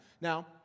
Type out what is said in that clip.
Now